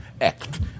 act